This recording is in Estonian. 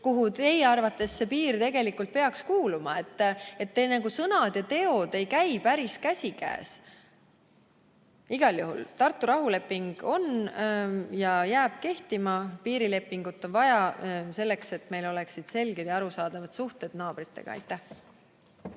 kus teie arvates see piir tegelikult peaks olema? Teie sõnad ja teod ei käi päris käsikäes. Igal juhul, Tartu rahuleping kehtib ja jääb kehtima. Piirilepingut on vaja selleks, et meil oleksid selged ja arusaadavad suhted naabritega. Aitäh!